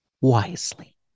Wisely